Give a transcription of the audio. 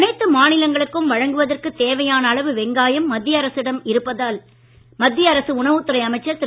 அனைத்து மாநிலங்களுக்கும் வழங்குவதற்கு தேவையான அளவு வெங்காயம் மத்திய அரசிடம் இருப்பில் உள்ளதாக மத்திய உணவுத் துறை அமைச்சர் திரு